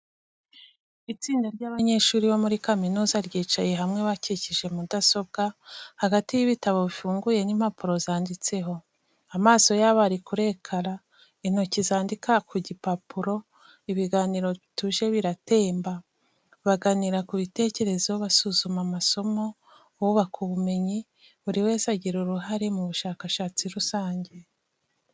Itsinda ry’abanyeshuri bo muri kaminuza ryicaye hamwe bakikije mudasobwa, hagati y’ibitabo bifunguye n’impapuro zanditseho. Amaso yabo ari kuri ekara, intoki zandika ku gipapuro, ibiganiro bituje biratemba. Baganira ku bitekerezo, basuzuma amasomo, bubaka ubumenyi buri wese agira uruhare mu bushakashatsi rusange.